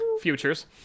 futures